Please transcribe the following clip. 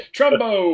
Trumbo